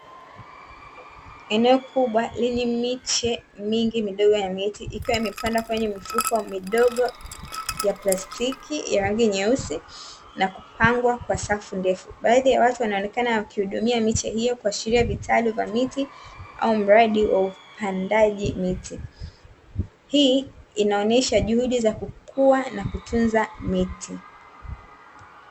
Eneo kubwa lenye miche mingi midogo ya miti ikiwa imepandwa kwenye mifuko midogo ya plastiki ya rangi nyeusi na kupangwa kwa safu ndefu. Baadhi ya watu wanaonekana wakihudumia miche hiyo kuashiria vitalu ya miti au mradi wa upandaji miti. Hii inaonyesha juhudi za kukua na kutunza miti.